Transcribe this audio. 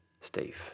Steve